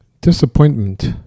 disappointment